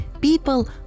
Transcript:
people